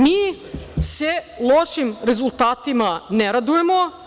Mi se lošim rezultatima ne radujemo.